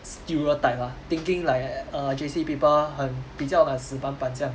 stereotype lah thinking like err J_C people 很比较 like 死板板这样